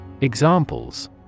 Examples